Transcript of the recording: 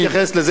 אני אתייחס לזה,